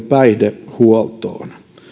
päihdehuoltoon